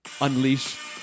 Unleash